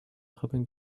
hoping